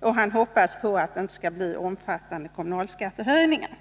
och finansministern hoppas att det inte skall bli omfattande kommunalskattehöjningar.